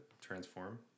transform